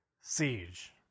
siege